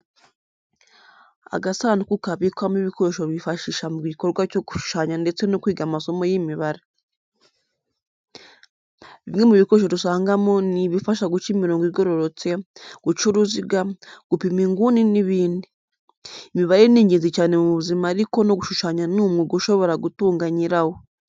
Agasanduku kabikwamo ibikoresho bifashisha mu gikorwa cyo gushushanya ndetse no kwiga amasomo y'imibare. Bimwe mu bikoresho dusangamo, ni ibifasha guca imirongo igororotse, guca uruziga, gupima inguni n'ibindi. Imibare ni ingenzi cyane mu buzima ariko no gushushanya ni umwuga ushobora gutunga nyirawo.